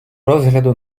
розгляду